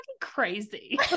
crazy